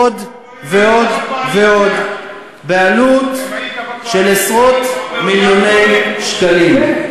עוד ועוד ועוד בעלות של עשרות מיליוני שקלים,